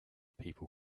people